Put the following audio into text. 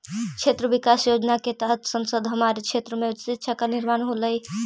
क्षेत्र विकास योजना के तहत संसद हमारे क्षेत्र में शिक्षा का निर्माण होलई